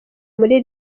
muri